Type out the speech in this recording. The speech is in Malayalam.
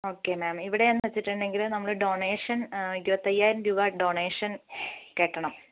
ഓക്കെ മാം ഇവിടെയെന്ന് വച്ചിട്ടുണ്ടെങ്കിൽ നമ്മൾ ഡോണെഷൻ ഇരുപത്തയ്യായിരം രൂപ ഡൊണേഷൻ കെട്ടണം